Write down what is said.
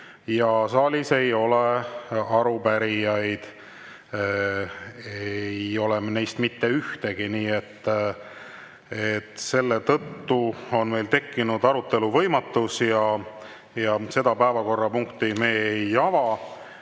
ja saalis ei ole arupärijaid. Ei ole neist mitte ühtegi, nii et selle tõttu on meil tekkinud arutelu võimatus ja seda päevakorrapunkti me ei ava.